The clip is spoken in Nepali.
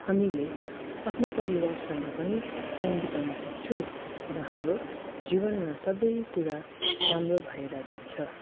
हामीले आफ्नो परिवारसँग पनि टाइम बिताउन सक्छु र हाम्रो जीवनमा सबै कुरा राम्रो भएर जान्छ